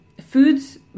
foods